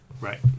Right